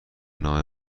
نامه